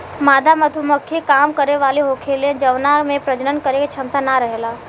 मादा मधुमक्खी काम करे वाली होखेले जवना में प्रजनन करे के क्षमता ना रहेला